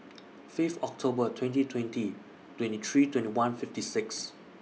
Fifth October twenty twenty twenty three twenty one fifty six